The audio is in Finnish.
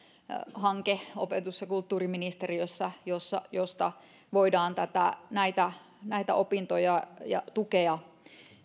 hanke opetus ja kulttuuriministeriössä josta voidaan näitä näitä opintoja tukea